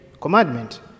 commandment